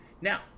Now